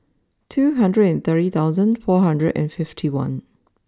two hundred and thirty thousand four hundred and fifty one